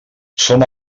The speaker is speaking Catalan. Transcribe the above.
som